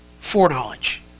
Foreknowledge